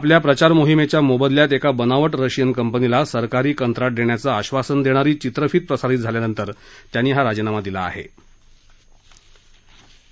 आपल्या प्रचारमोहिमेच्या मोबदल्यात एका बनावट रशियन कंपनीला सरकारी कंत्राट देण्याचं आश्वासन देणारी चित्रफित प्रसारित झाल्यानंतर त्यांनी हा राजीनामा दिला आहे